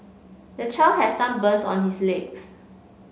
the child has some burns on his legs